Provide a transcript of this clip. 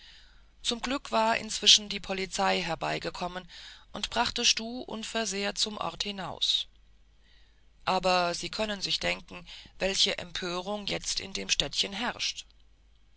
zum glück war inzwischen polizei herbeigekommen und brachte stuh unversehrt zum ort hinaus aber sie können sich denken welche empörung jetzt in dem städtchen herrscht